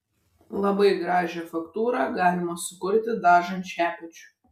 labai gražią faktūrą galima sukurti dažant šepečiu